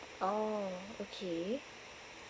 oh okay